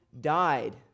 died